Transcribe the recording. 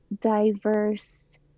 diverse